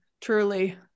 truly